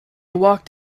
walked